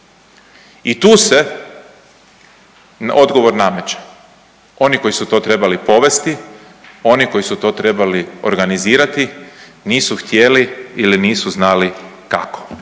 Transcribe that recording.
i tu se odgovor nameće. Oni koji su to trebali povesti, oni koji su to trebali organizirati nisu htjeli ili nisu znali kako.